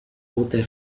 utter